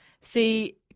See –